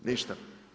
Ništa.